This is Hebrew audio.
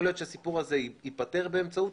יכול להיות שהסיפור הזה ייפתר באמצעות